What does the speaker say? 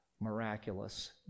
miraculous